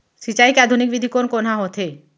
सिंचाई के आधुनिक विधि कोन कोन ह होथे?